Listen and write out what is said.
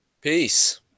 Peace